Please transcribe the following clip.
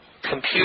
Computer